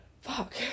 fuck